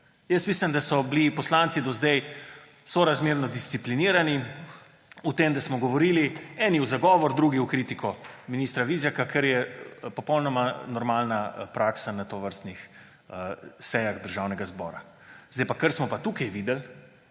Mislim, da smo bili poslanci do zdaj sorazmerno disciplinirani v tem, da smo govorili eni v zagovor, drugi v kritiko ministra Vizjaka, kar je popolnoma normalna praksa na tovrstnih sejah Državnega zbora. Kar smo tukaj videli,